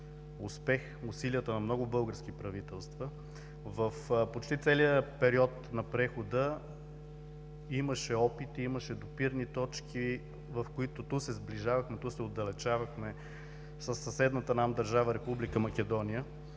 успех усилията на много български правителства. В почти целия период на прехода имаше опит, имаше допирни точки, в които ту се сближавахме, ту се отдалечавахме със съседната нам държава Република Македония,